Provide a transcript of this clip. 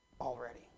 already